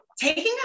taking